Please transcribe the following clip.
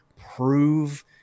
prove